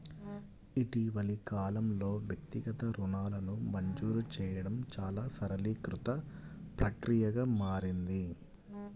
ఇటీవలి కాలంలో, వ్యక్తిగత రుణాలను మంజూరు చేయడం చాలా సరళీకృత ప్రక్రియగా మారింది